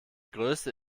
größte